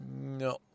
No